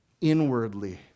inwardly